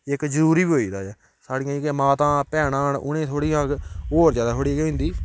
इक जरूरी बी होई गेदा ऐ साढ़ियां जेह्कियां माताां भैनां न उ'नेंगी थोह्ड़ियां होर ज्यादा थोह्ड़ी के होई जंदी